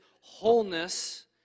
wholeness